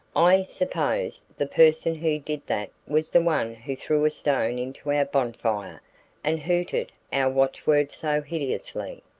i suppose the person who did that was the one who threw a stone into our bonfire and hooted our watchword so hideously.